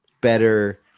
better